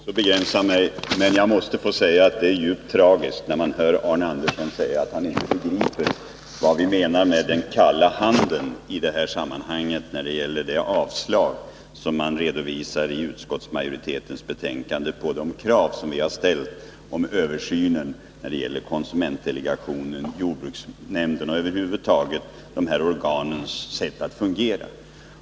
Fru talman! Jag skall inte heller förlänga debatten. Men jag måste få säga att det är djupt tragiskt när man hör Arne Andersson i Ljung förklara att han inte begriper vad vi menar när vi talar om den kalla handen i detta sammanhang. Det gäller utskottsmajoritetens yrkande om avslag på våra krav om en översyn av konsumentdelegationen inom jordbruksnämnden och över huvud taget en översyn av de här organens sätt att fungera.